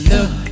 Look